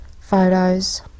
photos